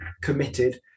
committed